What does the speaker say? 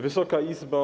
Wysoka Izbo!